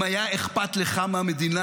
אם היה אכפת לך מהמדינה,